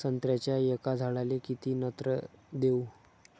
संत्र्याच्या एका झाडाले किती नत्र देऊ?